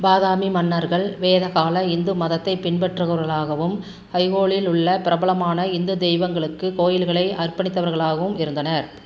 பாதாமி மன்னர்கள் வேதக்கால இந்து மதத்தைப் பின்பற்றுபவர்களாகவும் ஐஹோலில் உள்ள பிரபலமான இந்து தெய்வங்களுக்கு கோயில்களை அர்ப்பணித்தவர்களாகவும் இருந்தனர்